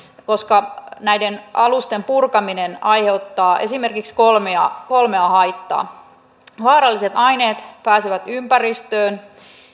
koska näiden alusten purkaminen aiheuttaa esimerkiksi kolmea kolmea haittaa vaaralliset aineet pääsevät ympäristöön